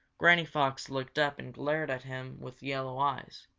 granny fox looked up and glared at him with yellow eyes.